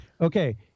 okay